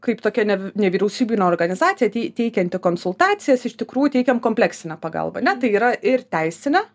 kaip tokia nev nevyriausybinė organizacija tei teikianti konsultacijas iš tikrųjų teikiam kompleksinę pagalbą ne tai yra ir teisinę